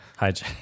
hijack